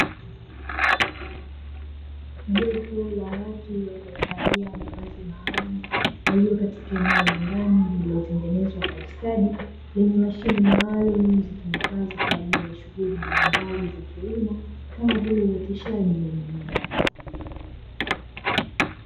Jopo la watu waliovalia mavazi maalumu walio katika eneo la ndani lililotengenezwa kwa ustadi, lenye mashine maalumu zitumikazo kwa ajili ya shughuli mbalimbali za kilimo, kama vile uoteshaji wa mimea.